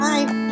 Bye